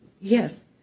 Yes